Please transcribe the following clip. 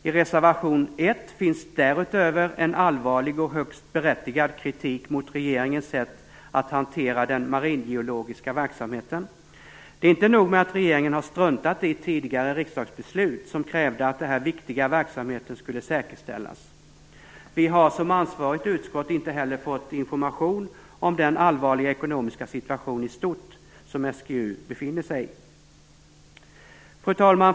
I reservation 1 finns därutöver en allvarlig och högst berättigad kritik mot regeringens sätt att hantera den maringeologiska verksamheten. Det är inte nog med att regeringen har struntat i tidigare riksdagsbeslut där man krävde att den här viktiga verksamheten skulle säkerställas. Näringsutskottet har som ansvarigt utskott inte heller fått information om den allvarliga ekonomiska situationen i stort som SGU befinner sig i. Fru talman!